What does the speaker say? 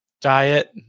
Diet